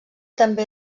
també